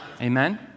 amen